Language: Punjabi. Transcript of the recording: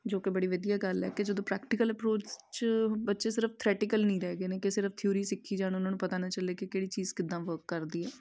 ਜੋ ਕਿ ਬੜੀ ਵਧੀਆ ਗੱਲ ਹੈ ਕਿ ਜਦੋਂ ਪ੍ਰੈਕਟੀਕਲ ਅਪਰੋਚ 'ਚ ਬੱਚੇ ਸਿਰਫ ਥਰੈਟਿਕਲ ਨਹੀਂ ਰਹਿ ਗਏ ਨੇ ਕਿ ਸਿਰਫ ਥਿਊਰੀ ਸਿੱਖੀ ਜਾਣ ਉਹਨਾਂ ਨੂੰ ਪਤਾ ਨਾ ਚੱਲੇ ਕਿ ਕਿਹੜੀ ਚੀਜ਼ ਕਿੱਦਾਂ ਵਰਕ ਕਰਦੀ ਹੈ